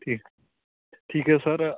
ਠੀਕ ਠੀਕ ਹੈ ਸਰ